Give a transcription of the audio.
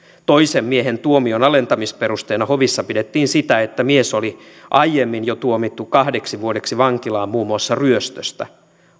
toisen miehen tuomion alentamisperusteena hovissa pidettiin sitä että mies oli aiemmin jo tuomittu kahdeksi vuodeksi vankilaan muun muassa ryöstöstä